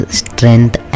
strength